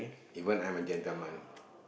even I'm a gentleman